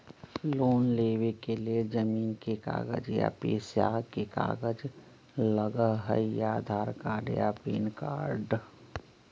Loan लेवेके लेल जमीन के कागज या पेशा के कागज लगहई या आधार कार्ड या पेन कार्ड?